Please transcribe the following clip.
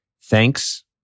thanks